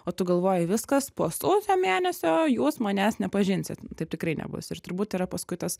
o tu galvoji viskas po sausio mėnesio jūs manęs nepažinsit taip tikrai nebus ir turbūt yra paskui tas